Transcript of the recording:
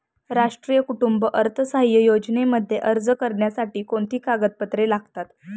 राष्ट्रीय कुटुंब अर्थसहाय्य योजनेमध्ये अर्ज करण्यासाठी कोणती कागदपत्रे लागतात?